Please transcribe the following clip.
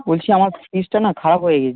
বলছি আমার ফ্রিজটা না খারাপ হয়ে গেছে